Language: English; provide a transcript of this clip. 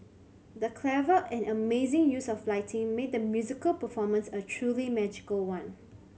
the clever and amazing use of lighting made the musical performance a truly magical one